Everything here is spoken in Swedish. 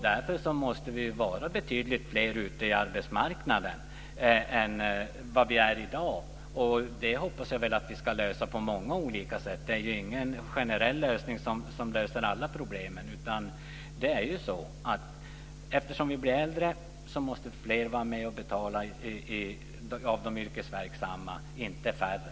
Därför måste vi vara betydligt fler ute på arbetsmarknaden än vad vi är i dag. Jag hoppas att vi ska lösa det på många olika sätt. Det finns ingen generell lösning på alla problem. Eftersom vi blir äldre måste fler av de yrkesverksamma vara med och betala, inte färre.